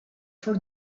four